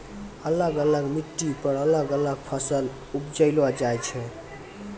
अलग अलग मिट्टी पर अलग अलग फसल उपजैलो जाय छै